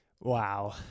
Wow